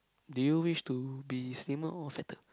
do you wish to be slimmer or fatter